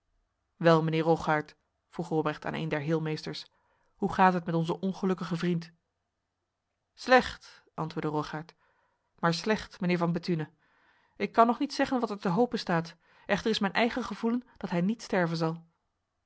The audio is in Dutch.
wel meester rogaert vroeg robrecht aan een der heelmeesters hoe gaat het met onze ongelukkige vriend slecht antwoordde rogaert maar slecht mijnheer van bethune ik kan nog niet zeggen wat er te hopen staat echter is mijn eigen gevoelen dat hij niet sterven zal